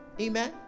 amen